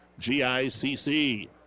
GICC